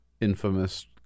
infamous